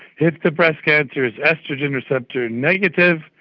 if the breast cancer is oestrogen receptor negative,